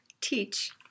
teach